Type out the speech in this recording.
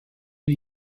new